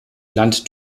land